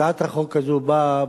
הצעת החוק הזאת באה,